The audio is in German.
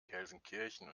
gelsenkirchen